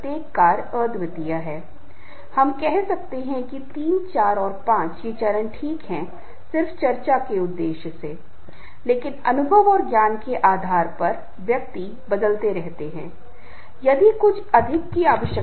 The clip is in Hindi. ये नेता का संदेश होना चाहिए लोगों को केवल समस्या आ रही होगी एक समस्या के साथ बहुत कम लोग हैं जो हम समस्या और समाधान के साथ आएंगे लेकिन एक महान नेता एक अच्छा नेता प्रभावी नेता जो दूसरे को प्रेरित करना चाहता है हर समय एक समस्या के साथ नहीं आएगा अगर कोई समस्या है तो वह एक समाधान भी खोजने की कोशिश करेगा